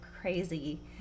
crazy